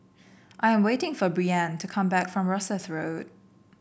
I am waiting for Breann to come back from Rosyth Road